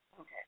Okay